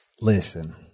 Listen